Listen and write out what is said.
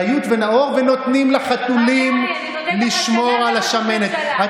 אני אומרת שבשנה שעברה הם